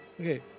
Okay